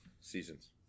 seasons